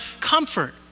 comfort